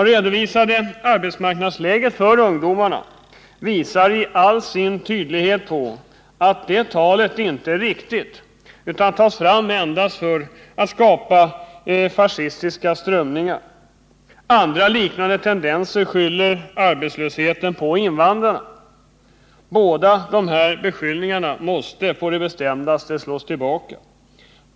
Det redovisade arbetsmarknadsläget för ungdomen visar i all sin tydlighet på att det talet inte är riktigt utan att man säger detta endast för att skapa fascistiska strömningar. Andra liknande tendenser finns att skylla arbetslösheten på invandrarna. Båda dessa beskyllningar måste på det bestämdaste slås tillbaka.